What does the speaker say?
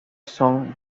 son